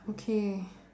okay